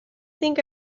think